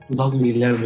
2011